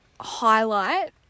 highlight